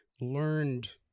learned